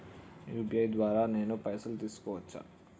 UPI ద్వారా నేను పైసలు తీసుకోవచ్చా?